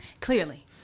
Clearly